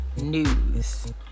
news